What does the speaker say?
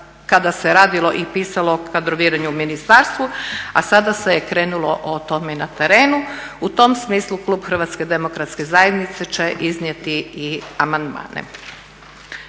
kada se radilo i pisalo o kadroviranju u ministarstvu a sada se je krenulo o tome i na terenu. U tom smislu klub Hrvatske demokratske zajednice će iznijeti i amandmane.